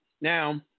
Now